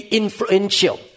influential